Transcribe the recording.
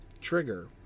trigger